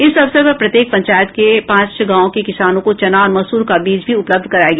इस अवसर पर प्रत्येक पंचायत के पांच गांव के किसानों को चना और मसूर का बीज भी उपलब्ध कराया गया